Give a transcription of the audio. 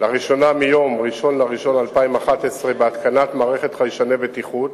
לראשונה מיום 1 בינואר 2011 בהתקנת מערכת חיישני בטיחות